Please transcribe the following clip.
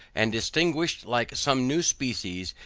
and distinguished like some new species,